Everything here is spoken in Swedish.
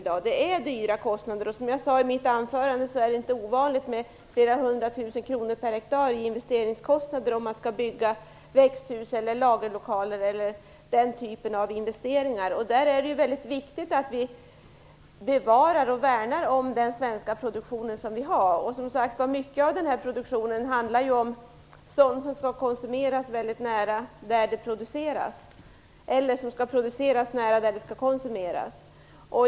Kostnaderna är höga. Som jag sade i mitt anförande är det inte ovanligt med flera hundra tusen kronor per hektar i investeringskostnader om man skall bygga växthus eller lagerlokaler. Det är väldigt viktigt att vi bevarar och värnar om den svenska produktion som vi har. Som sagt, mycket av produktionen är sådant som skall konsumeras väldigt nära där det produceras eller tvärtom.